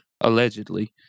allegedly